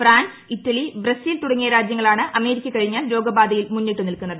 France Italy Brazil തുടങ്ങിയ രാജ്യങ്ങളാണ് America കഴിഞ്ഞാൽ രോഗബാധയിൽ മുന്നിട്ടുനിൽക്കുന്നത്